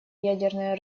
ядерное